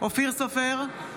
אופיר סופר,